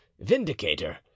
vindicator